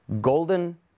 Golden